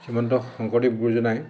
শ্ৰীমন্ত শংকৰদেৱ গুৰুজনাই